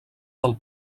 del